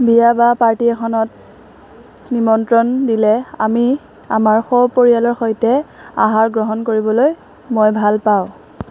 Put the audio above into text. বিয়া বা পাৰ্টী এখনত নিমন্ত্ৰণ দিলে আমি আমাৰ সপৰিয়ালৰ সৈতে আহাৰ গ্ৰহণ কৰিবলৈ মই ভাল পাওঁ